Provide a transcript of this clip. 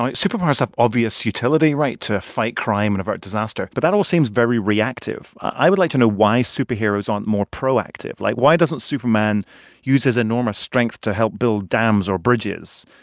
superpowers have obvious utility right? to fight crime and avert disaster, but that all seems very reactive. i would like to know why superheroes aren't more proactive. like, why doesn't superman use his enormous strength to help build dams or bridges?